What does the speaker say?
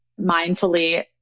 mindfully